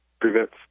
prevents